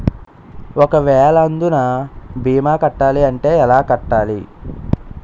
ఒక వేల అందునా భీమా కట్టాలి అంటే ఎలా కట్టాలి?